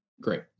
Great